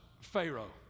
Pharaoh